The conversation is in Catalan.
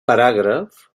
paràgraf